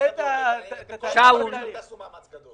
מאמץ גדול